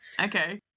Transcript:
Okay